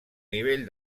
nivell